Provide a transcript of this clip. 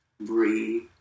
breathe